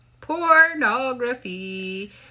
Pornography